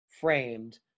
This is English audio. framed